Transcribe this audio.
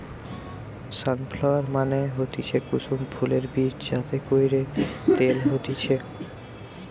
sunflower মানে হতিছে কুসুম ফুলের বীজ যাতে কইরে তেল হতিছে